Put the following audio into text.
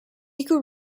eco